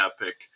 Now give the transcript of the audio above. epic